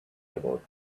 about